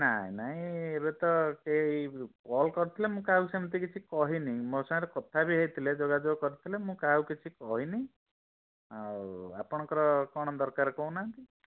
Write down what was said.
ନାହିଁ ନାହିଁ ଏବେ ତ ସେଇ କଲ୍ କରିଥିଲେ ମୁଁ କାହାକୁ ସେମିତି କିଛି ମୁଁ କହିନି ମୋର ସାଙ୍ଗରେ କଥାବି ହେଇଥିଲେ ଯୋଗାଯୋଗ କରିଥିଲେ ମୁଁ କାହାକୁ କିଛି କହିନି ଆଉ ଆପଣଙ୍କର କ'ଣ ଦରକାର କହୁନାହାନ୍ତି